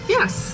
Yes